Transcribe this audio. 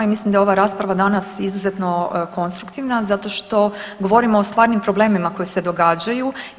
I mislim da je ova rasprava danas izuzetno konstruktivna zato što govorimo o stvarnim problemima koji se događaju.